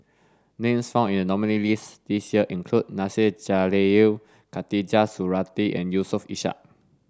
names found in the nominees' list this year include Nasir Jalil Khatijah Surattee and Yusof Ishak